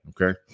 Okay